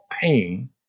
pain